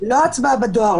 לא הצבעה בדואר,